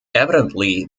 evidently